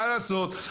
מה לעשות?